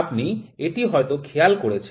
আপনি এটি হয়তো খেয়াল করেছেন